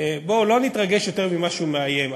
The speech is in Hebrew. בואו לא נתרגש יותר ממה שהוא מאיים.